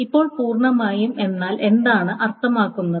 ഇപ്പോൾ പൂർണ്ണമായും എന്നാൽ എന്താണ് അർത്ഥമാക്കുന്നത്